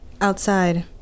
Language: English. Outside